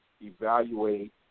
evaluate